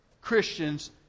Christians